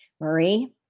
Marie